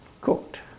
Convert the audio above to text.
cooked